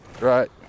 right